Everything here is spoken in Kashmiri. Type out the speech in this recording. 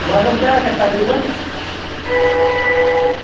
وَزَن کیٛاہ آسٮ۪کھ تقریٖباً